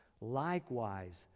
Likewise